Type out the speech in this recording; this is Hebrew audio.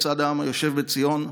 לצד העם היושב בציון,